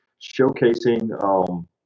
showcasing